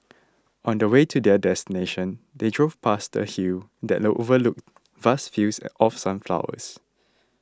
on the way to their destination they drove past a hill that no overlooked vast fields of sunflowers